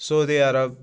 Saudi Arab